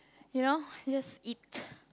you know just eat